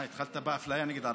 מה, התחלת באפליה נגד ערבים?